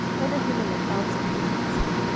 then ahimelech answered the king, and said,